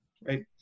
right